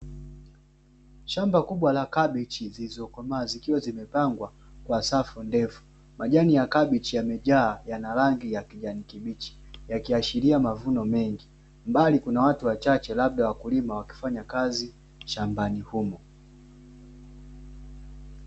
Shamba kubwa la kabichi zilizokomaa zikiwa zimepangwa kwa safu ndefu. Majani ya kabichi yamejaa, yana rangi ya kijani kibichi, yakiashiria mavuno mengi. Mbali kuna watu wachache, labda wakulima wakifanya kazi shambani humo.